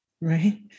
Right